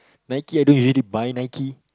Nike I don't usually buy Nike